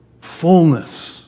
fullness